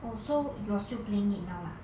oh so you are still playing it now lah